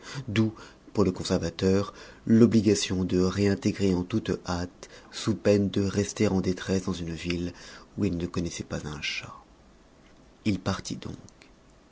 d'où pour le conservateur l'obligation de réintégrer en toute hâte sous peine de rester en détresse dans une ville où il ne connaissait pas un chat il partit donc